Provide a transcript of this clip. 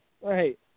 Right